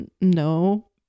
No